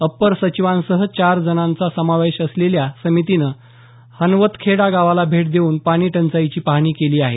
upper सचिवांसह चार जणांचा समावेश असलेल्या समितीनं हनवतखेडा गावाला भेट देऊन पाणी टंचाईची पाहणी केली आहे